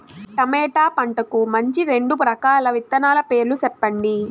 tomato పంటకు మంచి రెండు రకాల విత్తనాల పేర్లు సెప్పండి